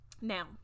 Now